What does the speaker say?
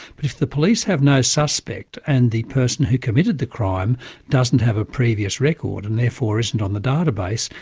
but if the police have no suspect and the person who committed the crime doesn't have a previous record and therefore isn't on the database,